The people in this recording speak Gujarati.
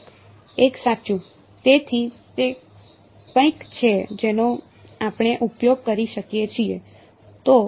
1 સાચું તેથી તે કંઈક છે જેનો આપણે ઉપયોગ કરી શકીએ છીએ